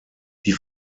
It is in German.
die